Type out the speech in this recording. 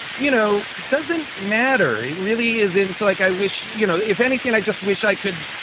you know, doesn't matter. he really is into like i wish, you know, if anything, i just wish i could